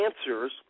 answers